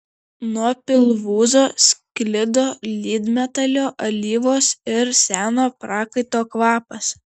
nuo pilvūzo sklido lydmetalio alyvos ir seno prakaito kvapas